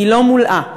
לא מולאה.